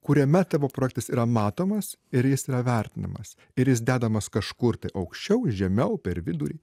kuriame tavo projektas yra matomas ir jis yra vertinimas ir jis dedamas kažkur aukščiau žemiau per vidurį